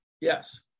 Yes